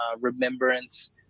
remembrance